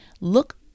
look